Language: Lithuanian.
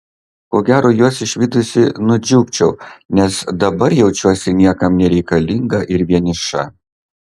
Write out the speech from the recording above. ko gero juos išvydusi nudžiugčiau nes dabar jaučiuosi niekam nereikalinga ir vieniša